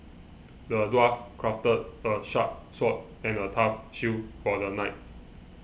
the dwarf crafted a sharp sword and a tough shield for the knight